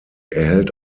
erhält